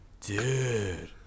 dude